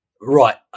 Right